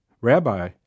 Rabbi